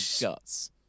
guts